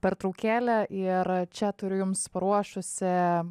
pertraukėlę ir čia turiu jums paruošusi